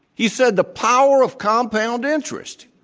he said, the power of compound interest.